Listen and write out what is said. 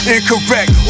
Incorrect